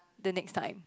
the next time